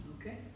Okay